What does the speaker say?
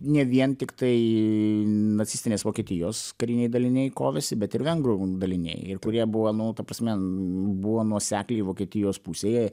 ne vien tiktai nacistinės vokietijos kariniai daliniai kovėsi bet ir vengrų daliniai ir kurie buvo nu ta prasme buvo nuosekliai vokietijos pusėje